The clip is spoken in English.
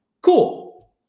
Cool